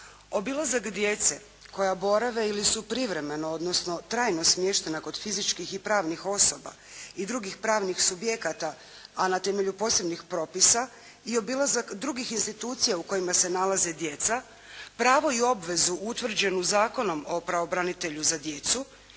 Obilazak djece koja borave ili su privremeno, odnosno trajno smještena kod fizičkih i pravnih osoba i drugih pravnih subjekata, a na temelju posebnih propisa i obilazak drugih institucija u kojima se nalaze djeca, pravo i obvezu utvrđenu Zakonom o pravobranitelju za djecu